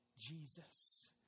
Jesus